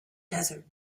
desert